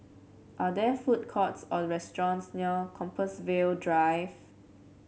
are there food courts or restaurants near Compassvale Drive